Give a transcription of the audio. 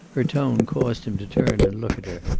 her tone caused him to turn and look at her.